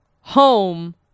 home